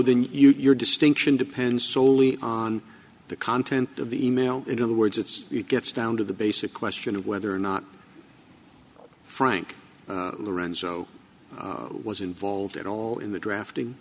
then your distinction depends soley on the content of the email in other words it's it gets down to the basic question of whether or not frank lorenzo was involved at all in the drafting